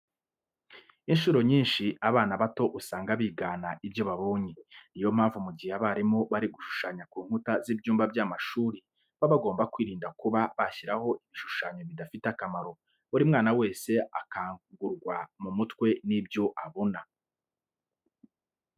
Incuro nyinshi abana bato usanga bigana ibyo babonye. Ni yo mpamvu mu gihe abarimu bari gushushanya ku nkuta z'ibyumba by'amashuri baba bagomba kwirinda kuba bashyiraho ibishushanyo bidafite akamaro. Buri mwana wese akangurwa mu mutwe n'ibyo abona.